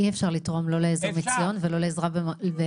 אי אפשר לתרום לא לעזר מציון ולא לעזרה למרפא.